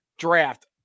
Draft